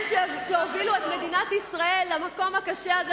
שהובילו את מדינת ישראל למקום הקשה הזה,